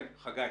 כן, חגי.